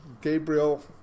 Gabriel